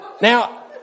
Now